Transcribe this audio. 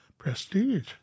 prestige